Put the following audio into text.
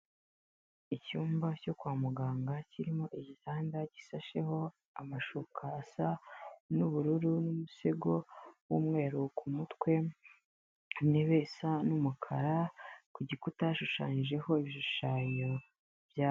Icyumba cyo kwa muganga kirimo igitanda gisasheho amashuka asa n'ubururu n'umusego w'umweru ku mutwe, intebe isa n'umukara ku gikuta hashushanyijeho ibishushanyo byaka.